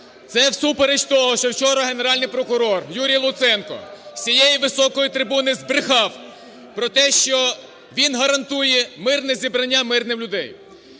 Це всупереч того, що вчора Генеральний прокурор Юрій Луценко з цієї високої трибуни збрехав про те, що він гарантує мирне зібрання мирних людей.